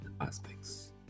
aspects